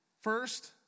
First